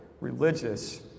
religious